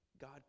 God